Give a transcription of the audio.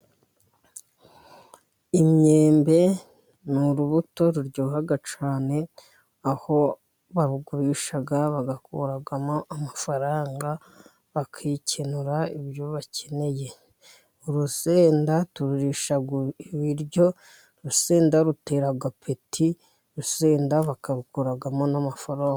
Imyembe ni urubuto ruryoha cyane, aho barugurisha bagakuramo amafaranga bakikenura ibyo bakeneye, urusenda tururisha ibiryo, urusenda rutera apeti, urusenda bakarukuramo n'amafaranga.